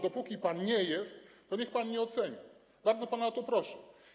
Dopóki pan nim nie jest, to niech pan nie ocenia, bardzo pana o to proszę.